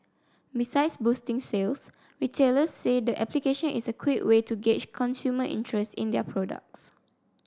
besides boosting sales retailers say the application is a quick way to gauge consumer interest in their products